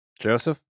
Joseph